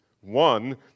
one